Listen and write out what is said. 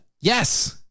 Yes